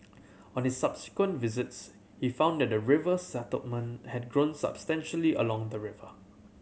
on his subsequent visits he found that the river settlement had grown substantially along the river